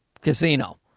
Casino